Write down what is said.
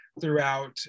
throughout